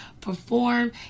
perform